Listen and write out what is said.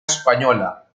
española